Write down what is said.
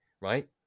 right